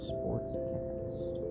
SportsCast